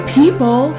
people